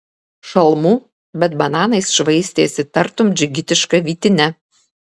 šalmų bet bananais švaistėsi tartum džigitiška vytine